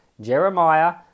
Jeremiah